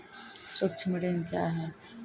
सुक्ष्म ऋण क्या हैं?